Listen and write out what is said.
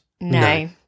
No